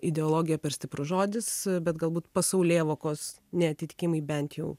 ideologija per stiprus žodis bet galbūt pasaulėvokos neatitikimai bent jau